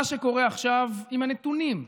מה שקורה עכשיו עם הנתונים,